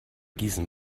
gießen